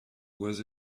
was